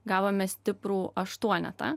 gavome stiprų aštuonetą